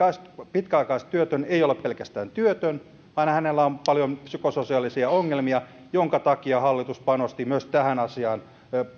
pitkäaikaistyötön ei ole pelkästään työtön vaan hänellä on paljon psykososiaalisia ongelmia minkä takia hallitus panosti myös tähän asiaan